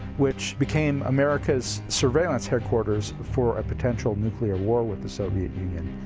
which became america's surveillance headquarters for a potential nuclear war with the soviet union,